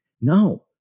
No